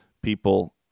people